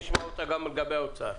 נשמע אותה גם לגבי האוצר.